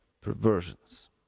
perversions